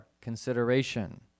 consideration